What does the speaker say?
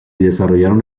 desarrollaron